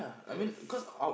yes